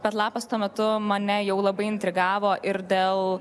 bet lapas tuo metu mane jau labai intrigavo ir dėl